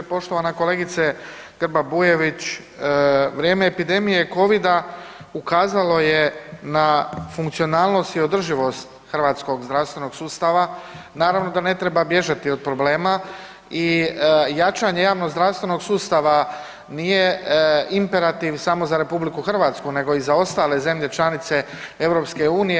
Poštovana kolegice Grba-Bujević, vrijeme epidemije COVID-a ukazalo je na funkcionalnost i održivog hrvatskog zdravstvenog sustava, naravno da ne treba bježati od problema i jačanje javnozdravstvenog sustava nije imperativ samo za RH nego i za ostale zemlje članice EU-a.